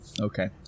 okay